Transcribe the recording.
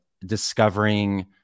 discovering